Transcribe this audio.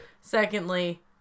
Secondly